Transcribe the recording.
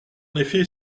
effet